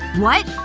what?